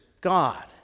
God